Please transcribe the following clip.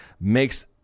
makes